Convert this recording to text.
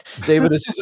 David